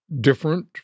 Different